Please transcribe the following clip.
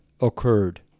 occurred